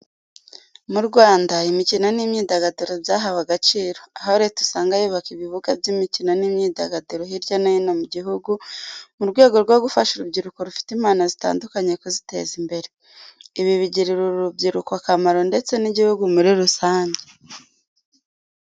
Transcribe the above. Mu Rwanda imikino n'imyidagaduro byahawe agaciro, aho Leta usanga yubaka ibibuga by'imikino n'imyidagaduro hirya no hino mu gihugu mu rwego rwo gufasha urubyiruko rufite impano zitandukanye kuziteza imbere. Ibi bigirira uru rubyiruko akamaro ndetse n'Igihugu muri rusange.